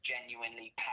genuinely